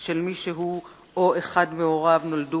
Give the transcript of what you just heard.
ושל מי שהוא או אחד מהוריו נולדו